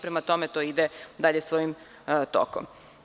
Prema tome, to ide dalje svojim tokom.